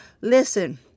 Listen